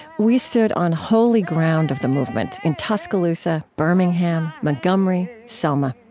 we stood on holy ground of the movement in tuscaloosa, birmingham, montgomery, selma.